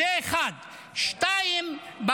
זה, 1. למה אתה צועק?